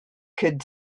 could